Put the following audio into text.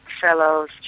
fellows